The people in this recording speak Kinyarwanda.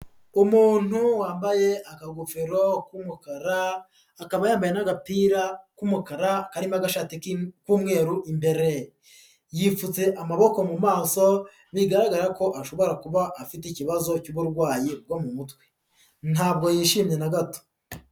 Umuntu wambaye agagofero k'umukara, akaba yambaye n'agapira k'umukara karimo agashati k'umweru imbere, yipfutse amaboko mu maso bigaragara ko ashobora kuba afite ikibazo cy'uburwayi bwo mu mutwe, ntabwo yishimye nta gato.